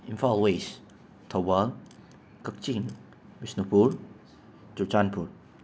Imphal west Thoubal Kakching Bishnupur Churachandpur